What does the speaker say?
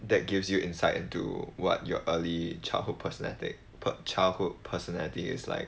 that gives you insight into what your early childhood personal thing per childhood personality is like